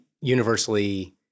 universally